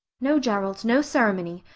no, gerald, no ceremony,